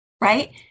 right